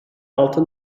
altı